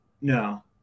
No